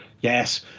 Yes